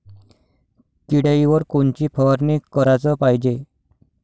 किड्याइवर कोनची फवारनी कराच पायजे?